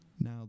Now